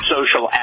Social